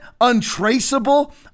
untraceable